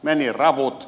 meni ravut